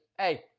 hey